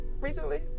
recently